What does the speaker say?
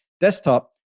desktop